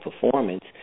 performance